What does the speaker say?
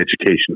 education